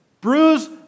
bruise